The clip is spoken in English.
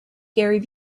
gary